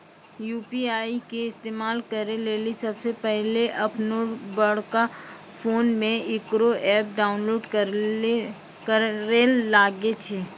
UPI के इस्तेमाल करै लेली सबसे पहिलै अपनोबड़का फोनमे इकरो ऐप डाउनलोड करैल लागै छै